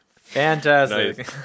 Fantastic